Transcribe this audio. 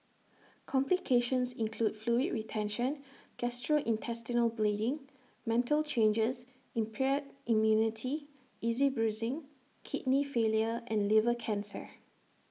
complications include fluid retention gastrointestinal bleeding mental changes impaired immunity easy bruising kidney failure and liver cancer